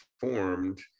formed